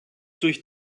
durch